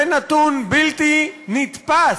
זה נתון בלתי נתפס,